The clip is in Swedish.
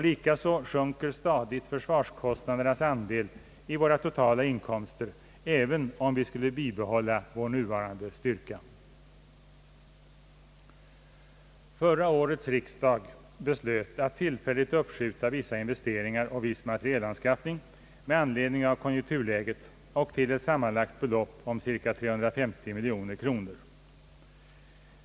Likaså sjunker stadigt försvarskostnadernas andel i våra totala inkomster, även om vi skulle bibehålla försvarets nuvarande styrka. Förra årets riksdag beslöt att tillfälligt uppskjuta vissa investeringar och viss materielanskaffning med anledning av konjunkturläget och till ett sammanlagt belopp om cirka 350 miljoner kronor.